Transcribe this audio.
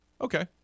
Okay